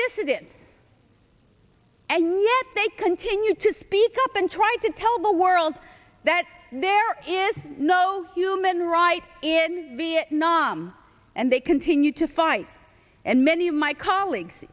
dissidents and yet they continue to speak up and try to tell the world that there is no human rights in vietnam and they continue to fight and many of my colleagues